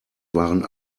waren